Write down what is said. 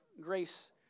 grace